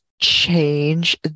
change